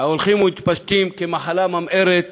ההולכים ומתפשטים כמחלה ממארת